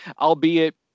Albeit